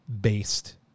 based